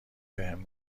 بهم